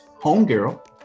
homegirl